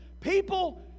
people